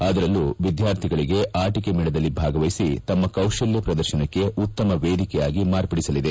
ಅದರಲ್ಲೂ ವಿದ್ಯಾರ್ಥಿಗಳಿಗೆ ಆಟಿಕೆ ಮೇಳದಲ್ಲಿ ಭಾಗವಹಿಸಿ ತಮ್ಮ ಕೌಶಲ್ಯ ಪ್ರದರ್ಶನಕ್ಕೆ ಉತ್ತಮ ವೇದಿಕೆಯಾಗಿ ಮಾರ್ಪಡಲಿದೆ